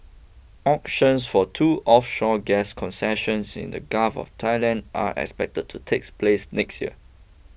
auctions for two offshore gas concessions in the Gulf of Thailand are expected to takes place next year